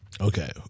Okay